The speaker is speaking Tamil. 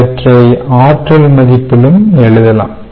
இவற்றை ஆற்றல் மதிப்பிலும் எழுதலாம்